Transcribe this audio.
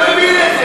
אני לא מבין את זה.